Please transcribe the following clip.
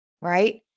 right